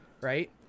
right